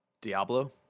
diablo